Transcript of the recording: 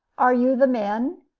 are you the men?